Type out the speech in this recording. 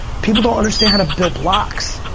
people don't understand how to build blocks.